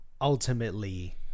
ultimately